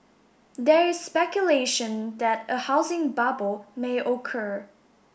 there is speculation that a housing bubble may occur